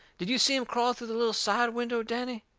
did you see him crawl through the little side window, danny?